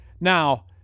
now